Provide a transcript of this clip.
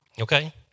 okay